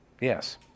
Yes